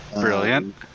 Brilliant